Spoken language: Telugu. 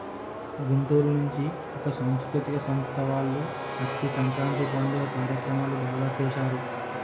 గుంటూరు నుంచి ఒక సాంస్కృతిక సంస్థ వాళ్ళు వచ్చి సంక్రాంతి పండుగ కార్యక్రమాలు బాగా సేశారు